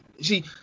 See